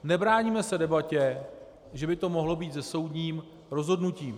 Nebráníme se debatě, že by to mohlo být se soudním rozhodnutím.